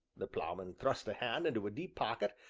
the ploughman thrust a hand into a deep pocket,